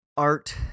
Art